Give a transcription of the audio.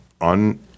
on